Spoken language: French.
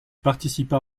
participa